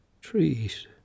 Trees